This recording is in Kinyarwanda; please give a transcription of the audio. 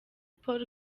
paul